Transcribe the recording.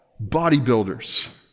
bodybuilders